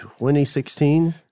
2016